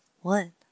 One